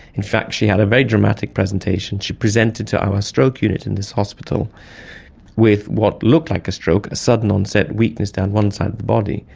in fact she had a very dramatic presentation, she presented to our stroke unit in this hospital with what looked like a stroke, a sudden onset weakness down one side of the body.